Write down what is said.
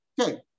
okay